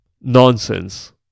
Nonsense